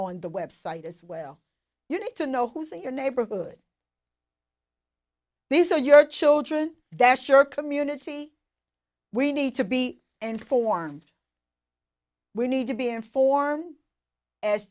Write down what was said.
on the web site as well you need to know who's in your neighborhood these are your children dash your community we need to be informed we need to be informed as